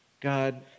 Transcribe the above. God